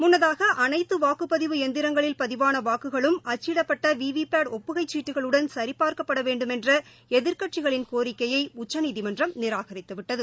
முன்னதாகஅனைத்துவாக்குப்பதிவு எந்திரங்களில் பதிவானவாக்குகளும் அச்சிடப்பட்டவிவிபேட் ஒப்புகைக்சீட்டுகளுடன் சரிப்பார்க்கப்படவேண்டும் என்றஎதிர்க்கட்சிகளின் கோரிக்கையைஉச்சநீதிமன்றம் நிராகரித்துவிட்டது